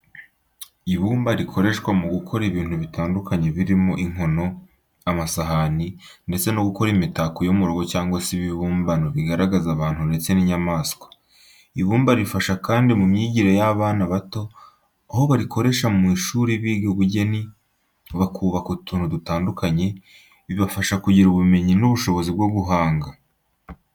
Ibumba rikoreshwa mu gukora ibintu bitandukanye birimo inkono, amasahani, ndetse no gukora imitako yo murugo cyangwa se ibibumbano bigaragaza abantu ndetse n'inyamaswa. Ibumba rifasha kandi mu myigire y'abana bato, aho barikoresha mu mashuri biga ubugeni, bakubaka utuntu dutandukanye, bibafasha kugira ubumenyi n'ubushobozi bwo guhanga.